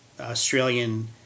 Australian